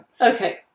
Okay